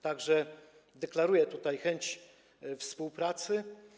Tak że deklaruję tutaj chęć współpracy.